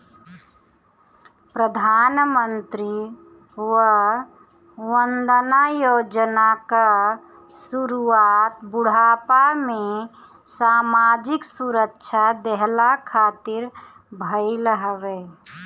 प्रधानमंत्री वय वंदना योजना कअ शुरुआत बुढ़ापा में सामाजिक सुरक्षा देहला खातिर भईल हवे